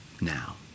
now